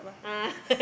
ah